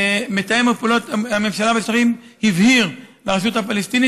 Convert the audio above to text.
מתאם פעולות הממשלה בשטחים הבהיר לרשות הפלסטינית